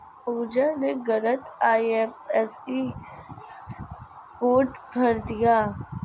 पूजा ने गलत IFSC code भर दिया